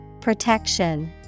Protection